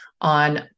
on